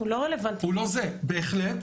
בהחלט,